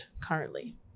currently